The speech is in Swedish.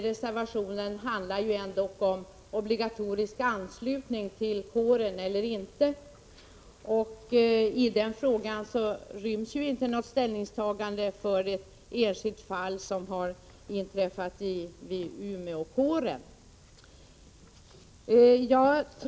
Reservationen handlar ändock om obligatorisk anslutning eller inte till kåren. Inom ramen för den frågan ryms inte något ställningstagande till ett enskilt fall som har inträffat vid Umeåkåren.